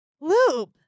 loop